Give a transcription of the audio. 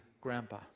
grandpa